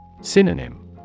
Synonym